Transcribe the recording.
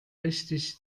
richtig